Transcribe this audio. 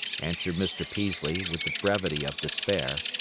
answered mr. peaslee, with the brevity of despair.